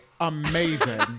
amazing